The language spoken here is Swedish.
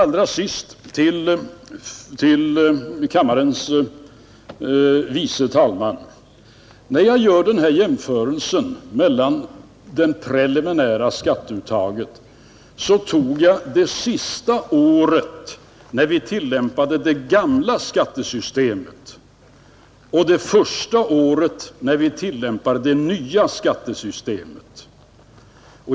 Allra sist vill jag säga till kammarens andre vice talman: Då jag gjorde jämförelsen mellan de preliminära skatteuttagen tog jag det sista året när vi tillämpade det gamla skattesystemet och det första året när vi tillämpar det nya skattesystemet.